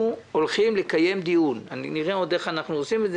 אנחנו הולכים לקיים דיון נראה עוד איך אנחנו עושים את זה